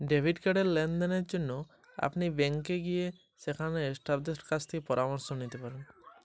Debit card র লেনদেন কিভাবে দেখবো?